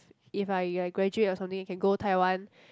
if I I graduate or something we can go Taiwan